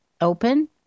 open